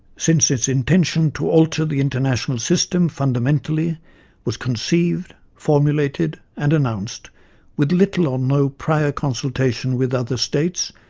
since its intention to alter the international system fundamentally was conceived, formulated and announced with little or no prior consultation with other states,